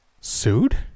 Sued